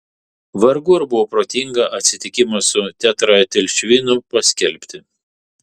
vargu ar buvo protinga atsitikimą su tetraetilšvinu paskelbti